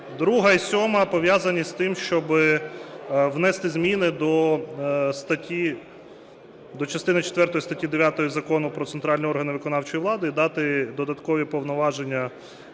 2-а і 7-а пов'язані з тим, щоби внести зміни до частини четвертої статті 9 Закону "Про центральні органи виконавчої влади" і дати додаткові повноваження